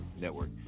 Network